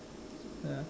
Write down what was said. ya